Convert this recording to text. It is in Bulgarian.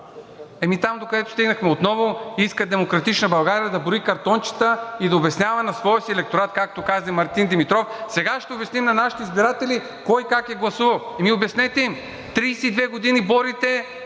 Ами там, докъдето стигнахме отново, и иска „Демократична България“ да брои картончета и да обяснява на своя си електорат, както каза и Мартин Димитров: „Сега ще обясним на нашите избиратели кой как е гласувал.“ Ами обяснете им. 32 години борите…